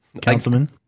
Councilman